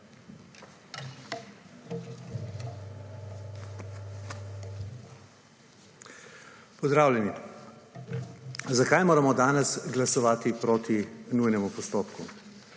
Pozdravljeni! Zakaj moramo danes glasovati proti nujnemu postopku.